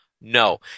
no